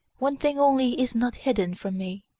one thing only is not hidden from me